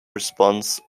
response